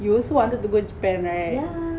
you also wanted to go japan right